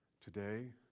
today